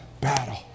battle